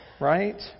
right